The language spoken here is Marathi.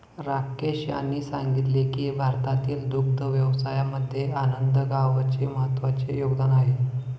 राकेश यांनी सांगितले की भारतातील दुग्ध व्यवसायामध्ये आनंद गावाचे महत्त्वाचे योगदान आहे